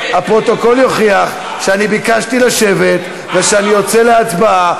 הפרוטוקול יוכיח שאני ביקשתי לשבת ושאני יוצא להצבעה,